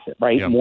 right